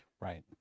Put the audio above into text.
Right